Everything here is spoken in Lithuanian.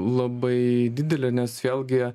labai didelė nes vėlgi